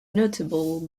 notable